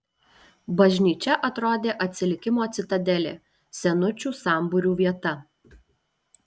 bažnyčia atrodė atsilikimo citadelė senučių sambūrių vieta